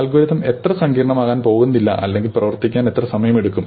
algorithm എത്ര സങ്കീർണ്ണമാകാൻ പോകുന്നില്ല അല്ലെങ്കിൽ പ്രവർത്തിക്കാൻ എത്ര സമയമെടുക്കും